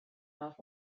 not